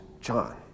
John